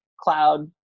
cloud